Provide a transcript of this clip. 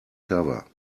cover